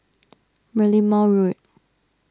Merlimau Road